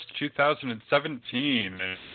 2017